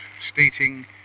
stating